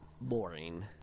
boring